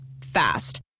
Fast